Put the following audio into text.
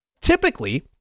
Typically